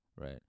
right